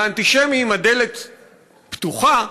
לאנטישמים הדלת פתוחה,